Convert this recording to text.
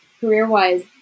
career-wise